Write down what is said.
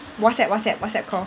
WhatsApp WhatsApp WhatsApp call